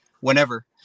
whenever